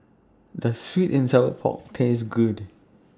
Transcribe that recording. Does Sweet and Sour Pork Taste Good